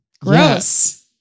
Gross